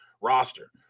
roster